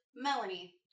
Melanie